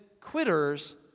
quitters